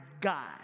God